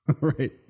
Right